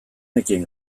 nekien